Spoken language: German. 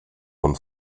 von